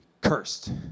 cursed